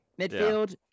midfield